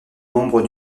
membre